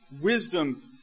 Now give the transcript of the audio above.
wisdom